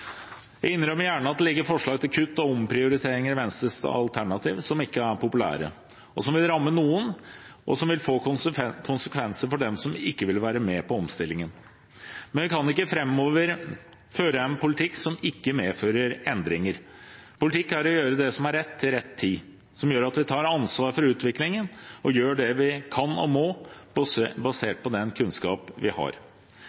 Jeg innrømmer gjerne at det ligger forslag til kutt og omprioriteringer i Venstres alternativ, som ikke er populære, og som vil ramme noen, og som vil få konsekvenser for dem som ikke vil være med på omstillingen. Men vi kan ikke framover føre en politikk som ikke medfører endringer. Politikk er å gjøre det som er rett, til rett tid, som gjør at vi tar ansvar for utviklingen, og gjør det vi kan og må,